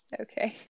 Okay